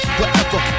wherever